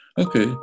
Okay